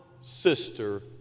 sister